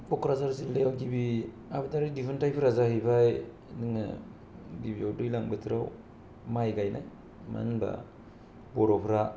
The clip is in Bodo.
कक्राझार जिल्लायाव गिबि आबादारि दिहुनथायफोरा जाहैबाय गिबिआव दैलां बोथोराव माइ गाइनाय मानो होनबा बर'फ्रा